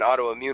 autoimmune